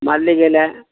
மல்லிகையில்